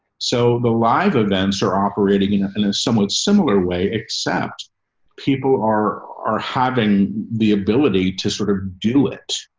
so the live events are operating in in a somewhat similar way, except people are are having the ability to sort of do it,